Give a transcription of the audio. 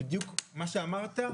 והוא אמר בדיוק את מה שאמרת זה.